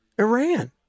Iran